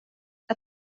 jag